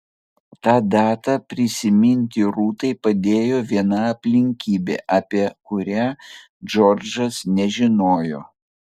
tą datą prisiminti rūtai padėjo viena aplinkybė apie kurią džordžas nežinojo